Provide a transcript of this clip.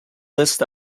list